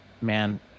man